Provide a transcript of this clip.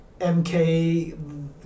MK